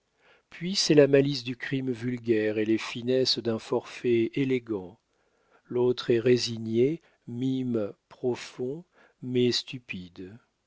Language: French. puis c'est la malice du crime vulgaire et les finesses d'un forfait élégant l'autre est résigné mime profond mais stupide